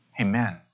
Amen